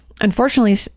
Unfortunately